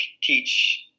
teach